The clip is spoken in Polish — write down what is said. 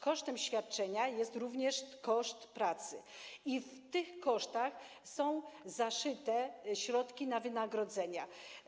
Kosztem świadczenia jest również koszt pracy i w tych kosztach są zaszyte środki na wynagrodzenia.